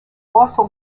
offer